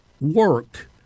Work